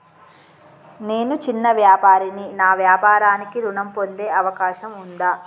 నేను చిన్న వ్యాపారిని నా వ్యాపారానికి ఋణం పొందే అవకాశం ఉందా?